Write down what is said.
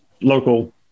local